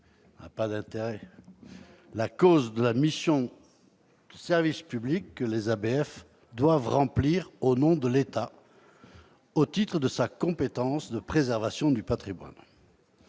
mais celle de la mission de service public que les ABF doivent remplir au nom de l'État, au titre de leur compétence en matière de préservation du patrimoine.